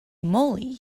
moly